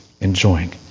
enjoying